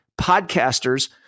podcasters